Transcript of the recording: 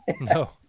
No